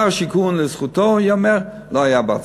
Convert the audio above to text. שר השיכון, לזכותו ייאמר, לא היה בהצבעה.